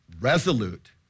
Resolute